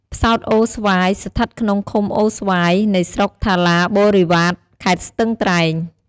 ផ្សោតអូរស្វាយ ស្ថិតក្នុងឃុំអូរស្វាយ នៃស្រុកថាឡាបូរិវ៉ាត ខេត្តស្ទឹងត្រែង។